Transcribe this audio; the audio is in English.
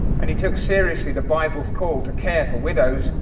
and he took seriously the bible's call to care for widows,